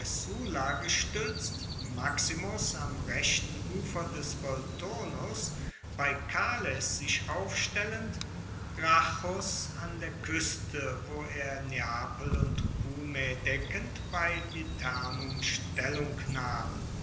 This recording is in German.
gestuetzt maximus am rechten ufer des volturnus bei cales sich aufstellend gracchus an der kueste wo er neapel und cumae deckend bei liternum stellung nahm